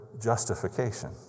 justification